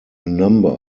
number